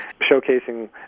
showcasing